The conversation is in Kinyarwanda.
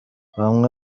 bamwe